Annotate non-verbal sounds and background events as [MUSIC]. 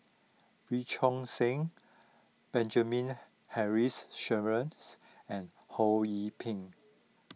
Wee Choon Seng Benjamin Henry [NOISE] Sheares and Ho Yee Ping